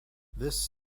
this